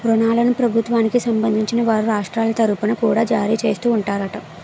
ఋణాలను ప్రభుత్వానికి సంబంధించిన వారు రాష్ట్రాల తరుపున కూడా జారీ చేస్తూ ఉంటారట